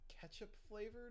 ketchup-flavored